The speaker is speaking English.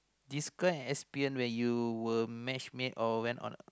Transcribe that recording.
describe experience where you were matchmade or went on